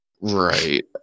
Right